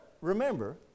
remember